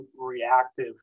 reactive